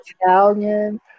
Italian